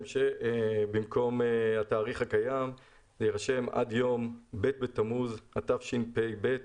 במקום התאריך הקיים יירשם: "עד יום ב' בתמוז התשפ"ב,